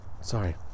Sorry